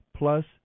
plus